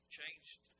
changed